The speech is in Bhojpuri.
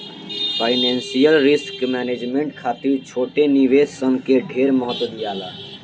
फाइनेंशियल रिस्क मैनेजमेंट खातिर छोट निवेश सन के ढेर महत्व दियाला